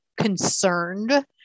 concerned